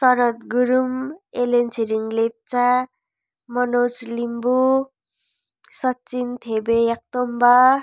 Sharad Gurung Allen Chhiring Lepcha Manoj Limbu Sachin Thebe Yakthungba